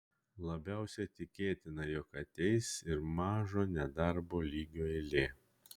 labiausiai tikėtina jog ateis ir mažo nedarbo lygio eilė